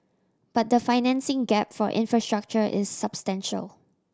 but the financing gap for infrastructure is substantial